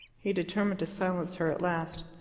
he determined to silence her at last.